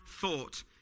thought